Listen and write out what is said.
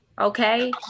okay